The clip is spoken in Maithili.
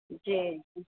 जी